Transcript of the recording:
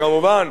כמובן,